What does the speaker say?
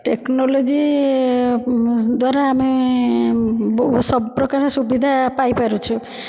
technology ଦ୍ୱାରା ଆମେ ବହୁ ସବୁ ପ୍ରକାର ସୁବିଧା ପାଇପାରୁଛୁ